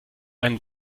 einen